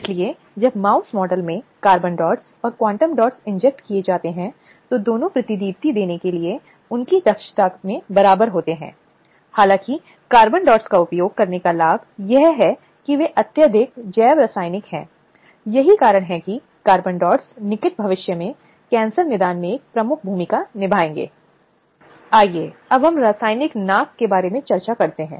इसलिए अधिनियम को लागू करने के लिए बहुत महत्वपूर्ण है कि खुलके बोलना है जैसे ही उत्पीड़न की कार्रवाई होती है जिसे आप मानते हैं या जिसे पीड़ित मानता है एक ऐसा मामला हो सकता है जो आपको निश्चित नहीं होना चाहिए लेकिन आपको लगता है कि यह यौन उत्पीड़न का मामला होगा यह महत्वपूर्ण है कि पीड़ित तुरंत खुलके बोलता है